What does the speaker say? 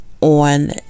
on